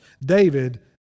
David